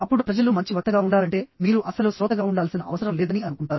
అప్పుడు ప్రజలు మంచి వక్తగా ఉండాలంటే మీరు అస్సలు శ్రోతగా ఉండాల్సిన అవసరం లేదని అనుకుంటారు